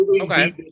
Okay